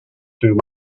through